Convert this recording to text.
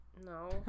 No